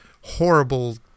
horrible